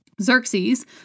Xerxes